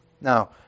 Now